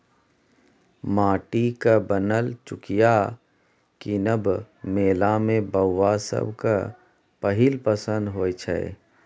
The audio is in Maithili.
माटिक बनल चुकिया कीनब मेला मे बौआ सभक पहिल पसंद होइ छै